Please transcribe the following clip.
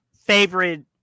favorite